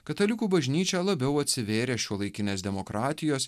katalikų bažnyčia labiau atsivėrė šiuolaikinės demokratijos